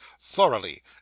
Thoroughly